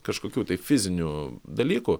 kažkokių tai fizinių dalykų